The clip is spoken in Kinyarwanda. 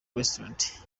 restaurant